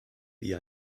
wie